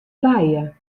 lije